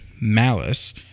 malice